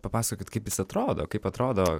papasakokit kaip jis atrodo kaip atrodo